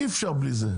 אי אפשר בלי זה.